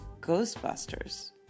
Ghostbusters